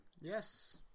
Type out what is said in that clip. Yes